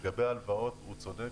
לגבי הלוואות הוא צודק.